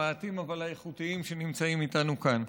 המעטים אבל האיכותיים שנמצאים איתנו כאן.